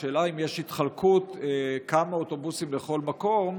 השאלה היא אם יש חלוקה כמה אוטובוסים לכל מקום,